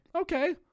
Okay